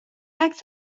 عکس